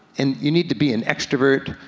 and you need to be an extrovert,